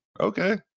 okay